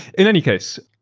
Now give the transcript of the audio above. in any case,